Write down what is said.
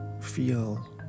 feel